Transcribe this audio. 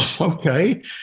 okay